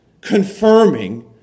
confirming